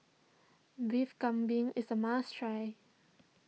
Beef Galbi is a must try